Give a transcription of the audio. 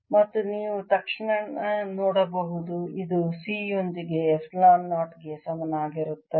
ಮತ್ತು ನೀವು ತಕ್ಷಣ ನೋಡಬಹುದು ಇದು C ಯೊಂದಿಗೆ ಎಪ್ಸಿಲಾನ್ 0 ಗೆ ಸಮನಾಗಿರುತ್ತದೆ